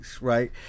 right